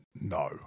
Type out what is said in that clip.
No